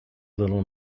little